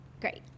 Great